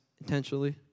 intentionally